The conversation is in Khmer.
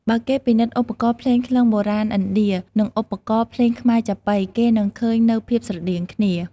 បើគេពិនិត្យឧបករណ៍ភ្លេងក្លិង្គបុរាណឥណ្ឌា និងឧបករណ៍ភ្លេងខ្មែរចាប៉ី គេនឹងឃើញនូវភាពស្រដៀងគ្នា។